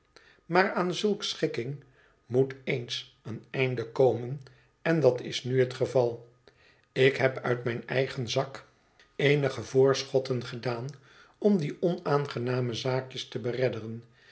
maar aan zulk schikken moet eens een einde komen en dat is nu het geval ik heb uit mijn eigen zak eenige voorschotten gedaan om die onaangename zaakjes te beredderen